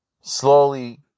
slowly